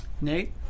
Nate